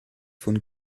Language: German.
von